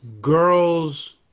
Girls